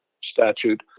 statute